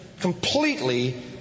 completely